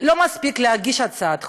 לא מספיק להגיש הצעת חוק,